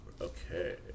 Okay